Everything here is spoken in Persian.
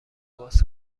باز